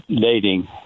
dating